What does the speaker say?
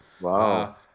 Wow